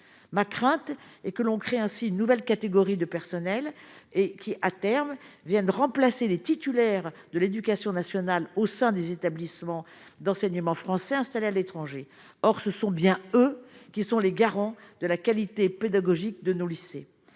ma crainte est que l'on crée ainsi une nouvelle catégorie de personnel et qui, à terme, vient de remplacer les titulaires de l'Éducation nationale, au sein des établissements d'enseignement français installés à l'étranger, or ce sont bien eux qui sont les garants de la qualité pédagogique de nos lycées,